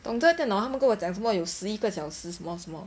懂这个电脑他们跟我讲什么有十一个小时什么什么